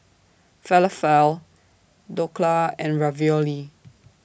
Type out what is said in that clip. Falafel Dhokla and Ravioli